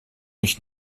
mich